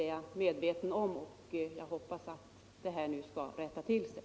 Jag hoppas att förhållandena här nu skall rätta till sig.